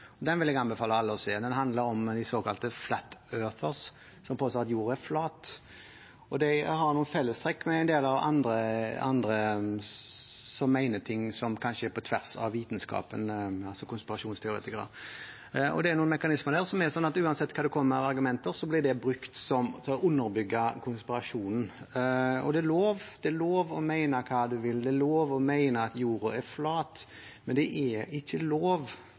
flat. Den vil jeg anbefale alle å se. Den handler om de såkalte «flat-earthers», som påstår at jorden er flat. De har noen fellestrekk med en del andre som mener ting som kanskje går på tvers av vitenskapen, altså konspirasjonsteoretikere. Det er noen mekanismer i dette som gjør at uansett hva man kommer med av argumenter, blir det brukt til å underbygge konspirasjonen. Det er lov å mene hva man vil, det er lov å mene at jorden er flat, men det er ikke lov